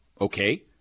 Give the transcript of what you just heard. okay